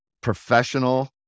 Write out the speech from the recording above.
professional